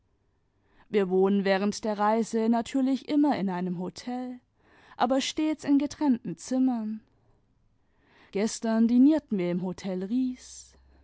wir wohnen während der reise natürlich immer in einem hotel aber stets in getrennten zimmern gestern dinierten wir im hotel